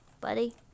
Buddy